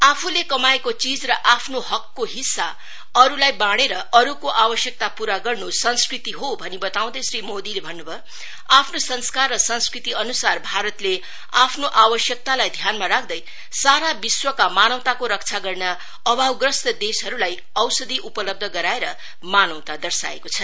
आफूले कमाएको चीज र आफ्नो हकको हिस्सा अरुलाई बाँडेर अरूको आवश्यकता पूरा गर्नु संस्कृति हो भनी वताउँदै श्री मोदीले भन्नुभयो आफ्नो संस्कार र संस्कृतिअनुसार भारतले आफ्नो आवश्यकतालाई ध्यानमा राख्दै सारा विश्वका मानवताको रक्षा गर्न अभावग्रस्त देशहरुलाई औषधि उपलब्ध गराएर मानवता दर्शाएको छ